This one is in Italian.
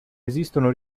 esistono